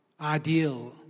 Ideal